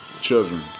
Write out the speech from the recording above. children